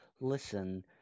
listen